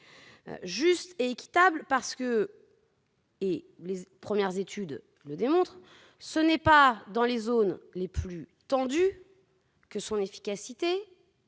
justes et équitables. En effet, les premières études en témoignent, ce n'est pas dans les zones les plus tendues que son efficacité